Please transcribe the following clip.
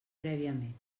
prèviament